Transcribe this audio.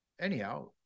anyhow